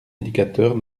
éducateurs